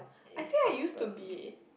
I feel I used to be